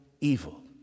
evil